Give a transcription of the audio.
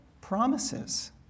promises